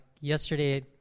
yesterday